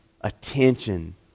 attention